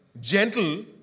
Gentle